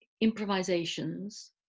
improvisations